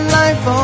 life